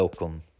Welcome